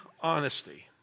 honesty